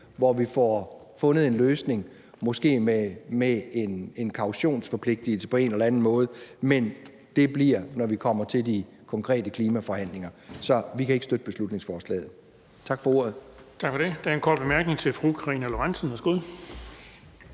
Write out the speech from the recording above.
have fundet en løsning, måske med en kautionsforpligtigelse på en eller anden måde, men det bliver, når vi kommer til de konkrete klimaforhandlinger. Så vi kan ikke støtte beslutningsforslaget. Tak for ordet.